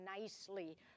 nicely